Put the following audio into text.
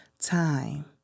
time